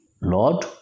Lord